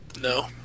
No